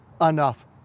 enough